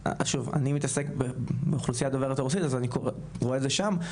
אני מתעסק באוכלוסייה דוברת רוסית אז אני רואה את זה שם,